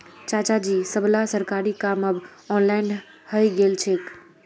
चाचाजी सबला सरकारी काम अब ऑनलाइन हइ गेल छेक